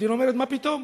המדינה אומרת: מה פתאום?